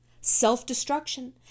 self-destruction